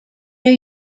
new